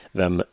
vem